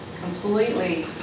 completely